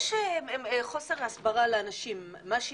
יש חוסר הסברה לאנשים מה שינינו,